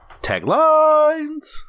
Taglines